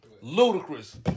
Ludicrous